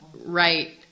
right